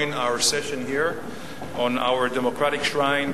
our session here on our democratic shrine,